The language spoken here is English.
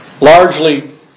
largely